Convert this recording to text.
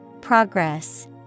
Progress